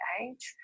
age